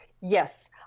Yes